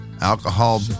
alcohol